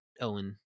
owen